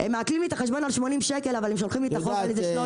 הם מעקלים לי את החשבון על 80 שקל אבל שולחים לי את החוב על 300,000,